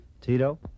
Tito